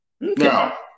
Now